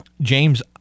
James